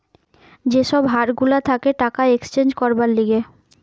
যে সব হার গুলা থাকে টাকা এক্সচেঞ্জ করবার লিগে